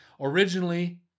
Originally